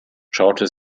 schaute